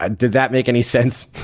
ah did that make any sense?